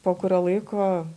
po kurio laiko